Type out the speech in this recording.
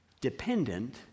dependent